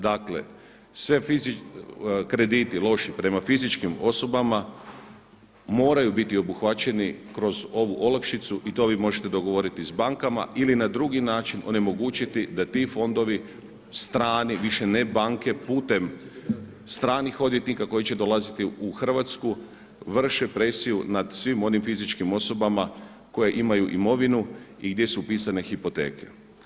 Dakle, svi krediti loši prema fizičkim osobama moraju biti obuhvaćeni kroz ovu olakšicu i to vi možete dogovoriti s bankama ili na drugi način onemogućiti da ti fondovi strani više, ne banke putem stranih odvjetnika koji će dolaziti u Hrvatsku vrše presiju nad svim onim fizičkim osobama koje imaju imovinu i gdje su upisane hipoteke.